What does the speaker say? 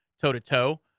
toe-to-toe